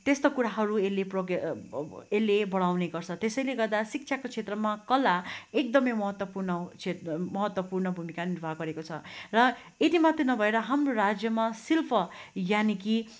त्यस्तो कुराहरू यसले प्रज्ञा यसले बढाउने गर्छ त्यसैले गर्दा शिक्षाको क्षेत्रमा कला एकदमै महत्त्वपूर्ण छे महत्त्वपूर्ण भुमिका निर्वाह गरेको छ र यति मात्र नभएर हाम्रो राजयमा शिल्प यानी कि